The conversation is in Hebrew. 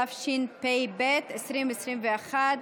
התשפ"ב 2021,